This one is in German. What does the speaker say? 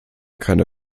keine